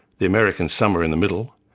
the americans somewhere in the middle,